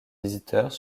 visiteurs